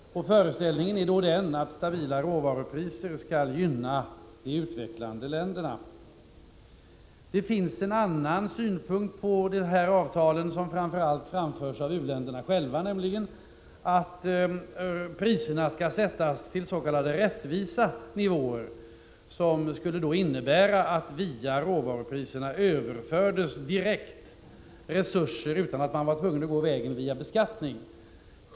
Föreställningen är att stabila råvarupriser skall gynna de utvecklande länderna. Det finns också en annan synpunkt på de här avtalen, som framför allt framförs av u-länderna själva, nämligen att priserna skall sättas till s.k. rättvisa nivåer, vilket skulle innebära att resurser överförs till u-länderna direkt via råvarupriserna utan att man behöver gå omvägen via beskattning.